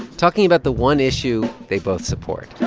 talking about the one issue they both support